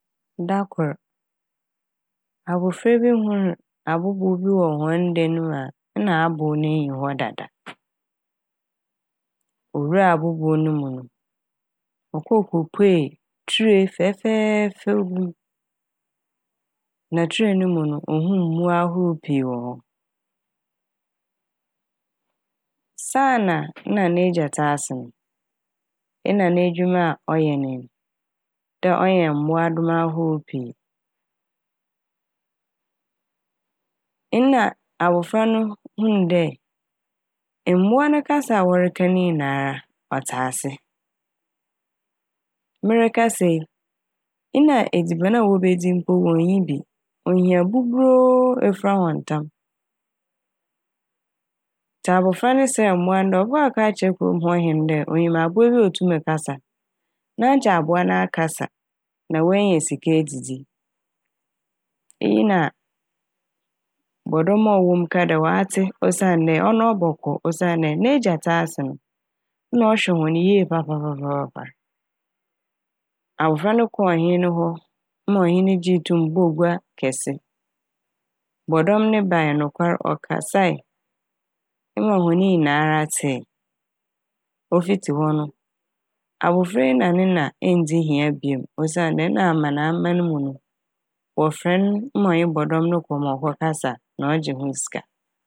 Da kor abofra bi hun abobow bi wɔ hɔn dan ne mu a na abow no nnyi hɔ dada owuraa abobow no mu no okɔkopuei ture fɛfɛɛw bi. Na ture ne mu no ohuu mbowa ahorow pii wɔ hɔ saana nna n'egya tse ase no nna n'edwuma a ɔyɛ ne n' dɛ ɔyɛ nyan mbowadoma ahorow pii. Nna abofra no hu -huu dɛ mbowa ne kasa a wɔreka n' nyinaa ɔtse ase. Merekasa yi nna edziban a wobedzi mpo wonnyi bi ohia buburoo efura hɔn tam ntsi abofra no serɛɛ mbowa ne dɛ ɔbɔkɔ akɔka akyerɛ kurow m' hɔ hen dɛ onyim abowa bi a otum ɔkasa na nkyɛ abowa no akasa na woenya sika edzidzi. Iyi na bɔdɔm a ɔwɔ mu kaa dɛ ɔatse osiandɛ ɔno bɔkɔ osiandɛ n'egya tse ase no na ɔhwɛ hɔn yie papapapapapa. Abofra no kɔɔ ɔhen ne hɔ maa ɔhen no gyee to m' bɔɔ gua kɛse. Bɔdɔm no bae nokwar ɔkasae mma hɔn nyinara tsee. Ofitsi hɔ no abofra yi na ne na enndzi hia biom osiandɛ nna amanaman mu no wɔfrɛ n' ma ɔnye bɔdɔm no kɔ ma wɔkɔ kasa na ɔgye ho sika.